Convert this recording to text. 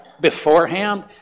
beforehand